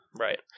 Right